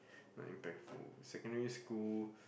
not impactful secondary school